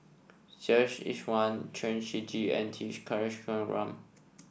Iswaran Chen Shiji and T Kulasekaram